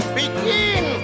begin